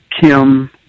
Kim